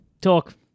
talk